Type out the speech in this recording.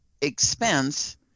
expense